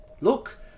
Look